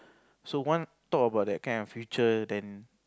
so one thought about that kind of future then